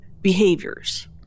behaviors